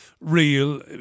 real